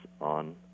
on